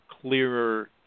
clearer